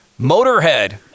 motorhead